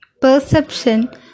perception